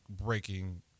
breaking